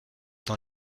dans